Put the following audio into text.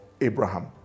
Abraham